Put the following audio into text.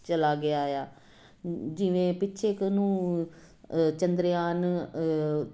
ਚਲਾ ਗਿਆ ਆ ਜਿਵੇਂ ਪਿੱਛੇ ਕੁ ਨੂੰ ਚੰਦਰਯਾਨ